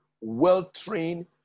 well-trained